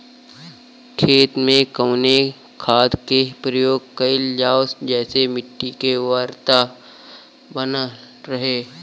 खेत में कवने खाद्य के प्रयोग कइल जाव जेसे मिट्टी के उर्वरता बनल रहे?